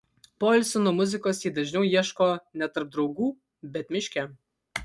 poilsio nuo muzikos ji dažniau ieško ne tarp draugų bet miške